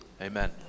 Amen